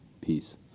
Peace